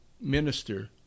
minister